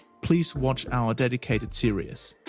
please watch our dedicated series.